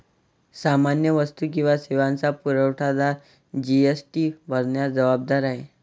सामान्य वस्तू किंवा सेवांचा पुरवठादार जी.एस.टी भरण्यास जबाबदार आहे